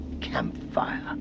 campfire